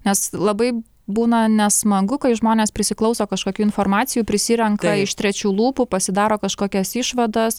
nes labai būna nesmagu kai žmonės prisiklauso kažkokių informacijų prisirenka iš trečių lūpų pasidaro kažkokias išvadas